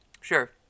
Sure